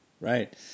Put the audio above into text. Right